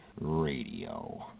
Radio